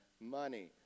money